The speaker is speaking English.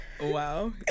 Wow